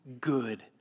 good